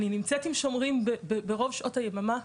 אני נמצאת עם שומרים ברוב שעות היממה,